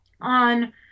on